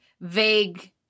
vague